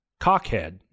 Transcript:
cockhead